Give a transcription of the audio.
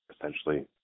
essentially